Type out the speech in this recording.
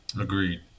Agreed